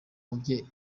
mubyeyi